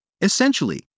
Essentially